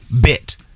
bit